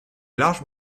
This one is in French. larges